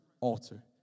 altar